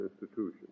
institutions